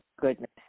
goodness